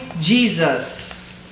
Jesus